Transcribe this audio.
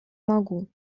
могу